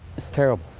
it's terrible.